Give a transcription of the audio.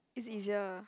it's easier